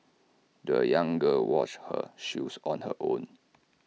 the young girl washed her shoes on her own